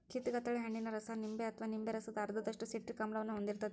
ಕಿತಗತಳೆ ಹಣ್ಣಿನ ರಸ ನಿಂಬೆ ಅಥವಾ ನಿಂಬೆ ರಸದ ಅರ್ಧದಷ್ಟು ಸಿಟ್ರಿಕ್ ಆಮ್ಲವನ್ನ ಹೊಂದಿರ್ತೇತಿ